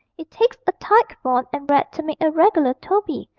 it takes a tyke born and bred to make a reg'lar toby.